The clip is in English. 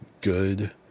good